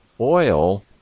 oil